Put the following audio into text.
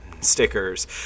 stickers